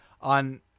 on